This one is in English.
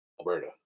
Alberta